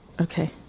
okay